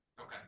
Okay